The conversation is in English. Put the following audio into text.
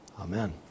Amen